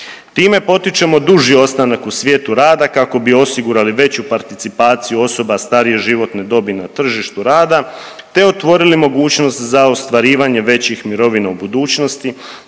Time potičemo duži ostanak u svijetu rada kako bi osigurali veću participaciju osoba starije životne dobi na tržištu rada, te otvorili mogućnost za ostvarivanje većih mirovina u budućnosti.